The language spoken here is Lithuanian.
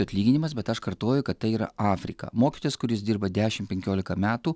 atlyginimas bet aš kartoju kad tai yra afrika mokytojas kuris dirba dešim penkiolika metų